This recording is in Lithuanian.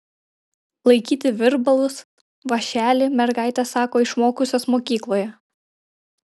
laikyti virbalus vąšelį mergaitės sako išmokusios mokykloje